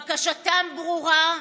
בקשתם ברורה,